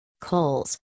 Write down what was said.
coals